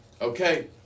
Okay